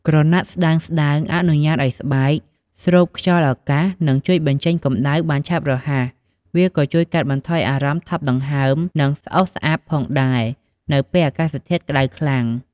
ក្រណាត់ស្តើងៗអនុញ្ញាតឲ្យស្បែកស្រូបខ្យល់អាកាសនិងជួយបញ្ចេញកម្ដៅបានឆាប់រហ័ស វាក៏ជួយកាត់បន្ថយអារម្មណ៍ថប់ដង្ហើម និងស្អុះស្អាប់ផងដែរនៅពេលអាកាសធាតុក្តៅខ្លាំង។